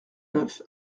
neuf